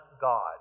God